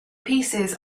pieces